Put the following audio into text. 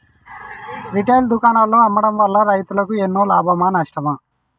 Retail దుకాణాల్లో అమ్మడం వల్ల రైతులకు ఎన్నో లాభమా నష్టమా?